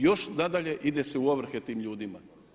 Još nadalje ide se u ovrhe tim ljudima.